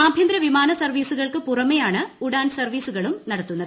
ആഭ്യന്തര വിമാന സർവീസുകൾക്ക് പുറമെയാണ് ഉഡാൻ സർവീസുകളും നടത്തുന്നത്